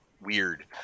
weird